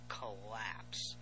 collapse